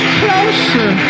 closer